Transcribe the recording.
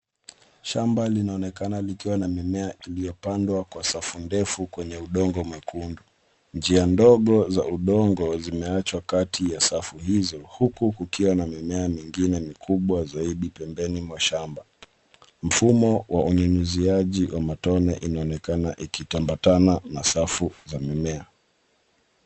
Shamba linaonekana likiwa na mimea iliyopandwa kwa safu ndefu kwenye udongo mwekundu. Njia ndogo za udongo zimeachwa kati ya safu hizo, huku kukiwa na mimea mingine mikubwa zaidi pembeni mwa shamba. Mfumo wa unyunyiziaji wa matone inaonekana ikitambatana na safu za mimea.